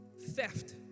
theft